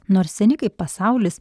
nors seni kaip pasaulis